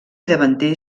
davanter